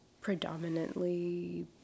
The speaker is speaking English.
predominantly